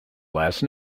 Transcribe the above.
last